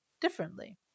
differently